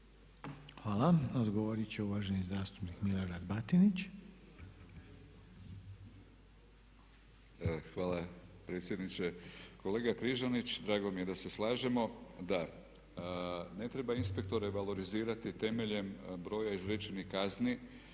Hvala. Odgovorit će uvaženi zastupnik Milorad Batinić. **Batinić, Milorad (HNS)** Hvala predsjedniče. Kolega Križanić drago mi je da se slažemo. Da, ne treba inspektore valorizirati temeljem izrečenih kazni